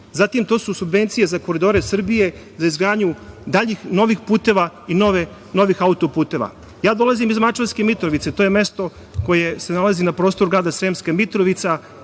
Zatim, to su subvencije za Koridore Srbije, za izgradnju daljih novih puteva i novih autoputeva. Dolazim iz Mačvanske Mitrovice, to je mesto koje se nalazi na prostoru grada Sremske Mitrovice